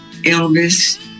Elvis